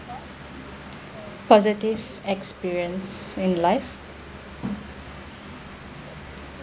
positive experience in life